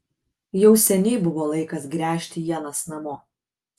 jau seniai buvo laikas gręžti ienas namo